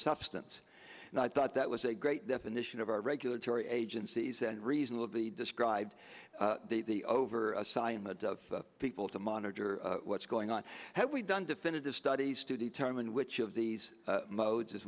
substance and i thought that was a great definition of our regulatory agencies and reasonably described the over assignment of people to monitor what's going on have we done definitive studies to determine which of these modes